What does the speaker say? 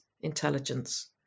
intelligence